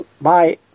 Bye